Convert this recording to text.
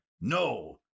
no